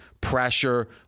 Pressure